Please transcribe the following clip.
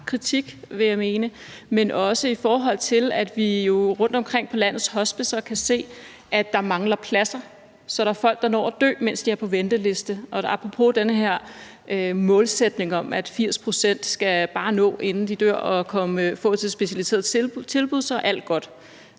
kritik, vil jeg mene, men også på grund af, at vi rundtomkring på landets hospicer kan se, at der mangler pladser, så der er folk, der når at dø, mens de er på venteliste. Den her målsætning om, at alt er godt, hvis bare 80 pct. når at få et specialiseret tilbud, inden de